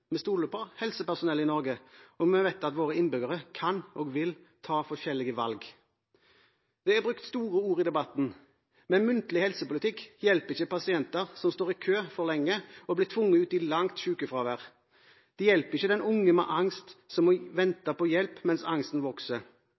vi stoler på helsepersonell i Norge, og vi vet at våre innbyggere kan og vil ta forskjellige valg. Det er brukt store ord i debatten, men muntlig helsepolitikk hjelper ikke pasienter som står i kø for lenge og blir tvunget ut i langt sykefravær. Det hjelper ikke den unge med angst som venter på hjelp mens angsten vokser.